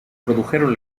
produjeron